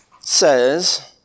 says